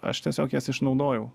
aš tiesiog jas išnaudojau